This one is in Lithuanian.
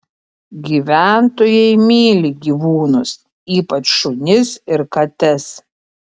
gyventojai myli gyvūnus ypač šunis ir kates